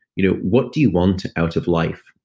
you know what do you want out of life?